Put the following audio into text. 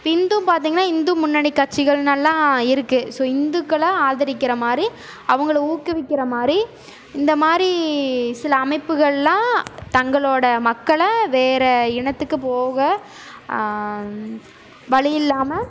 ஹிந்து பார்த்திங்கனா ஹிந்து முண்ணணி கட்சிகள்னெலாம் இருக்குது ஸோ ஹிந்துக்களை ஆதரிக்கிறமாதிரி அவங்களை ஊக்குவிக்கிறமாதிரி இந்தமாதிரி சில அமைப்புகள்லாம் தங்களோடய மக்கள வேறு இனத்துக்கு போக வழியில்லாம